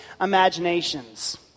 imaginations